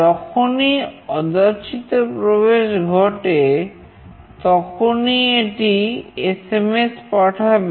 যখনই অযাচিত প্রবেশ ঘটে তখনই এটি এসএমএস পাঠাবে